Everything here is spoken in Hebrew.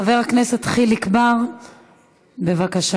חבר הכנסת חיליק בר, בבקשה,